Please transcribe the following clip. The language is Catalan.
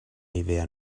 idea